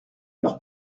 leur